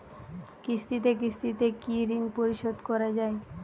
কিস্তিতে কিস্তিতে কি ঋণ পরিশোধ করা য়ায়?